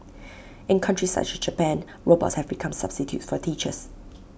in countries such as Japan robots have become substitutes for teachers